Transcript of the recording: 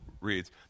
reads